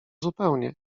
zupełnie